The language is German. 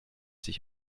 sich